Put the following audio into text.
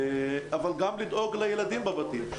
אבל גם לדאוג לילדים בבתים.